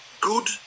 good